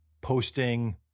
posting